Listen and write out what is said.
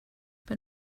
but